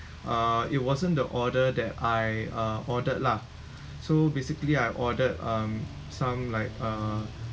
uh it wasn't the order that I uh ordered lah so basically I ordered um some like uh